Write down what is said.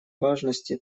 важности